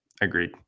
Agreed